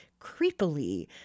creepily